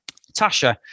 Tasha